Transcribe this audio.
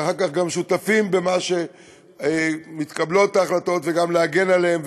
ואחר כך גם היינו שותפים בקבלת ההחלטות וגם בלהגן עליהן,